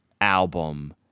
album